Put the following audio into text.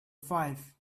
five